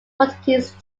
portuguese